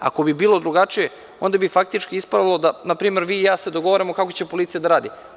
Ako bi bilo drugačije, onda bi ispalo da vi i ja se dogovaramo kako će policija da radi.